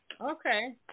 Okay